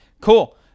Cool